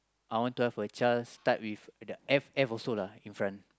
I want to have a child start with F F also lah in front